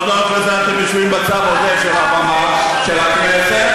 הודות לזה אתם יושבים בצד הזה של הבמה של הכנסת.